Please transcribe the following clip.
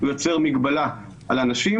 יוצר מגבלה על אנשים.